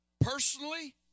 personally